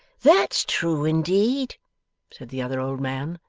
that's true indeed said the other old man,